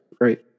Right